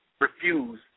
refuse